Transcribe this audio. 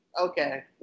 okay